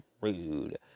rude